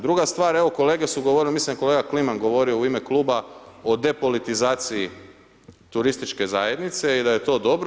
Druga stvar evo kolege su govorile, mislim da je kolega Kliman govorio u ime kluba o depolitizaciji turističke zajednice i da je to dobro.